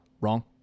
Wrong